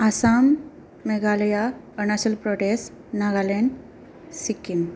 Assam Meghalaya Arunachal Pradesh Nagaland Sikkim